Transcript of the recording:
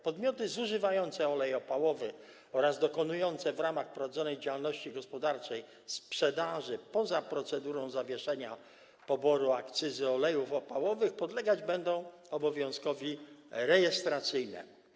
Podmioty zużywające olej opałowy oraz dokonujące w ramach prowadzonej działalności gospodarczej sprzedaży poza procedurą zawieszenia poboru akcyzy olejów opałowych podlegać będą obowiązkowi rejestracyjnemu.